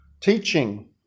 teaching